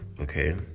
okay